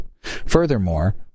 furthermore